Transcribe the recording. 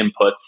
inputs